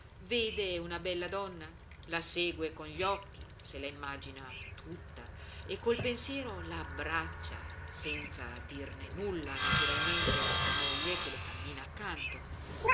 vede una bella donna la segue con gli occhi se la immagina tutta e col pensiero la abbraccia senza dirne nulla naturalmente a sua moglie che le cammina accanto